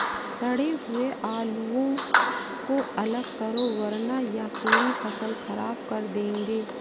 सड़े हुए आलुओं को अलग करो वरना यह पूरी फसल खराब कर देंगे